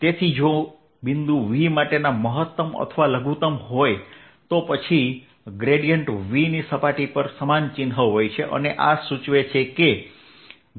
તેથી જો બિંદુ V માટેના મહત્તમ અથવા લઘુત્તમ હોય તો પછી Vની સપાટી પર સમાન ચિન્હ હોય છે અને આ સૂચવે છે કે V